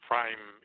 prime